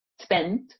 spent